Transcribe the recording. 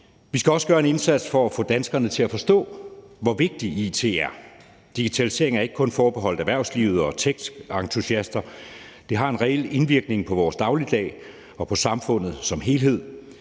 Vi skal også gøre en indsats for at få danskerne til at forstå, hvor vigtigt it er. Digitalisering er ikke kun forbeholdt erhvervslivet og techentusiaster. Det har en reel indvirkning på vores dagligdag og på samfundet som helhed.